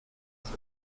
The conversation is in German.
ist